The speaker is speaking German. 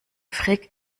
frick